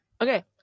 okay